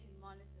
monitor